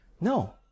No